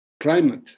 climate